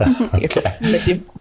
Okay